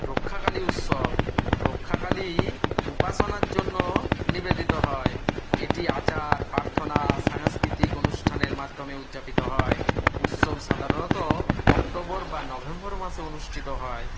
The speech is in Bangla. রক্ষাকালী উৎসব রক্ষাকালী উপাসনার জন্য নিবেদিত হয় এটি আচার পার্থনা সাংস্কৃতিক অনুষ্ঠানের মাধ্যমে উদযাপিত হয় উৎসব সাধারণত অক্টোবর বা নভেম্বর মাসে অনুষ্ঠিত হয়